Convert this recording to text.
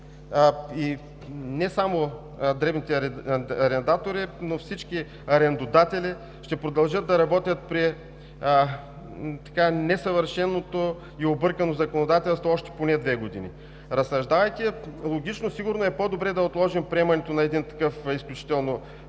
– не само дребните арендатори, но всички арендодатели ще продължат да работят при несъвършеното и объркано законодателство поне още две години. Разсъждавайки логично, сигурно е по-добре да отложим приемането на такъв изключително